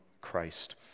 Christ